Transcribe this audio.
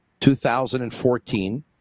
2014